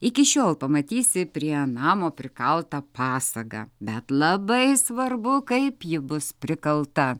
iki šiol pamatysi prie namo prikaltą pasagą bet labai svarbu kaip ji bus prikalta